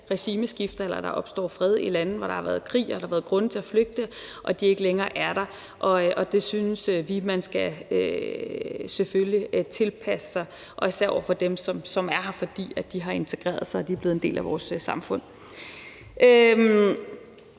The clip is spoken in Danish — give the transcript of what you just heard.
regimeskifte, eller at der opstår fred i lande, hvor der har været krig og der har været grunde til at flygte, men hvor der ikke længere er det. Og det synes vi selvfølgelig at man skal tilpasse sig, især i forhold til dem, som er her, fordi de har integreret sig og er blevet en del af vores samfund. Vi